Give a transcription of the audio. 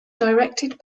directed